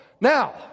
Now